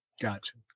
Gotcha